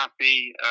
happy